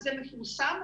זה מפורסם,